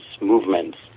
movements